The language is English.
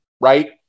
right